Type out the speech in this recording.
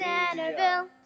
Centerville